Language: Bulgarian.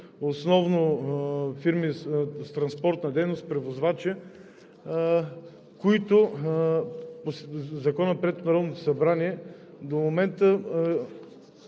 основно фирми с транспортна дейност – превозвачи, които от Закона, приет от Народното събрание, до момента